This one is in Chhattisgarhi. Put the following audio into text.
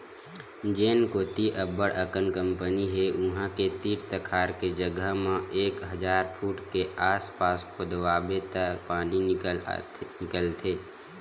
जेन कोती अब्बड़ अकन कंपनी हे उहां के तीर तखार के जघा म एक हजार फूट के आसपास खोदवाबे त पानी निकलथे